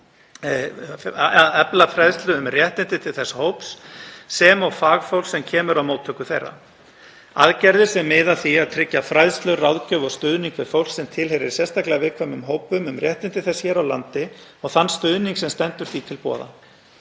að efla fræðslu um réttindi til þess hóps sem og fagfólks sem kemur að móttöku þeirra. Einnig er lögð áhersla á aðgerðir sem miða að því að tryggja fræðslu, ráðgjöf og stuðning við fólk sem tilheyrir sérstaklega viðkvæmum hópum um réttindi þess hér á landi og þann stuðning sem stendur því til boða.